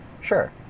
Sure